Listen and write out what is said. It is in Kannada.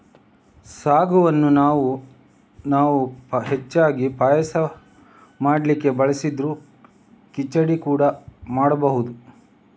ಸಾಗುವನ್ನ ನಾವು ಹೆಚ್ಚಾಗಿ ಪಾಯಸ ಮಾಡ್ಲಿಕ್ಕೆ ಬಳಸಿದ್ರೂ ಖಿಚಡಿ ಕೂಡಾ ಮಾಡ್ಬಹುದು